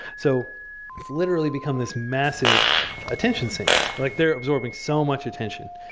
so it's literally become this massive attention sink. like they're absorbing so much attention.